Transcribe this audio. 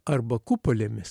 arba kupolėmis